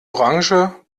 orange